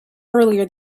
earlier